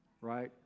Right